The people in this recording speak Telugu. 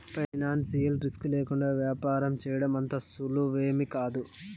ఫైనాన్సియల్ రిస్కు లేకుండా యాపారం సేయడం అంత సులువేమీకాదు